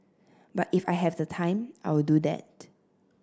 but if I have the time I'll do that